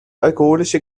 alkoholische